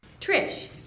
Trish